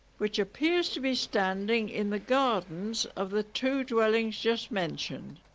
which appears to be standing in the gardens of the two dwellings just mentioned.